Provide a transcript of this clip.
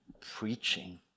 preaching